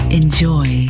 enjoy